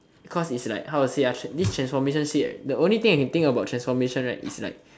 cause it's like how to say ah tr~ this transformation see right the only thing I can think about transformation right is like